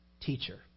teacher